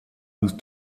those